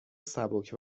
سبک